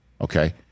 okay